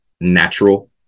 natural